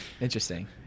Interesting